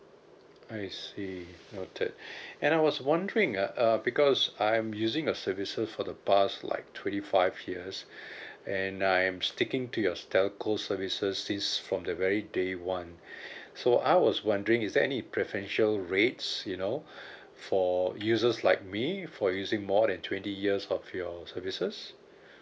I see noted and I was wondering uh uh because I'm using your services for the past like twenty five years and I'm sticking to your telco services since from the very day one so I was wondering is there any preferential rates you know for users like me for using more than twenty years of your services